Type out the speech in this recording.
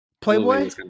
Playboy